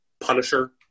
Punisher